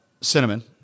cinnamon